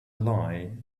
lie